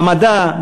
במדע,